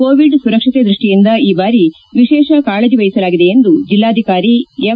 Covid ಸುರಕ್ಷತೆ ದ್ವಿಷ್ಯಿಂದ ಈ ಬಾರಿ ವಿಶೇಷ ಕಾಳಜಿ ವಹಿಸಲಾಗಿದೆ ಎಂದು ಜಿಲ್ಲಾಧಿಕಾರಿ ಎಂ